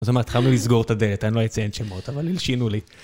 זאת אומרת, התחלנו לסגור את הדלת, אני לא אציין שמות, אבל הלשינו לי.